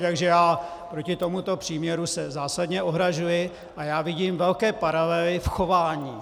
Takže já proti tomuto příměru se zásadně ohrazuji a vidím velké paralely v chování.